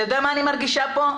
אתה יודע מה אני מרגישה פה?